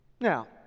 Now